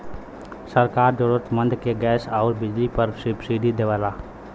सरकार जरुरतमंद के गैस आउर बिजली पर सब्सिडी देवला